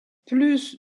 plus